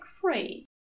free